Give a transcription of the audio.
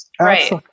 right